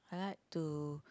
I like to